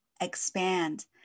expand